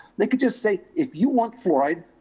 they could just say, if you want fluoride,